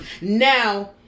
Now